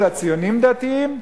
אלא ציונים-דתיים,